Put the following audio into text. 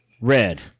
Red